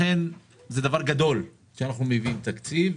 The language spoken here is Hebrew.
לכן זה דבר גדול שאנחנו מביאים תקציב.